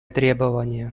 требования